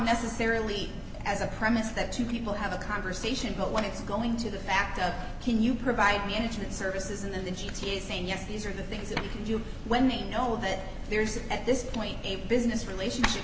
necessarily as a premise that two people have a conversation when it's going to the act of can you provide management services and then the g t s saying yes these are the things you can do when they know that there is at this point a business relationship